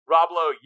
Roblo